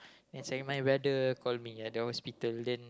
yesterday my brother call me at the hospital then